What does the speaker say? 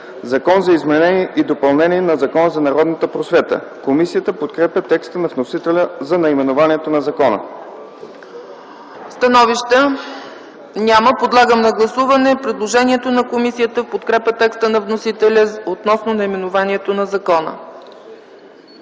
„Закон за изменение и допълнение на Закона за народната просвета”. Комисията подкрепя текста на вносителя за наименованието на закона. ПРЕДСЕДАТЕЛ ЦЕЦКА ЦАЧЕВА: Становища? Няма. Подлагам на гласуване предложението на комисията в подкрепа текста на вносителя относно наименованието на закона.